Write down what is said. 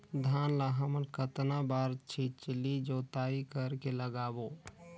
धान ला हमन कतना बार छिछली जोताई कर के लगाबो?